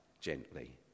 gently